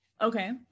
okay